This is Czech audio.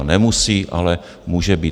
Nemusí, ale může být.